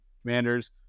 Commanders